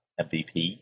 MVP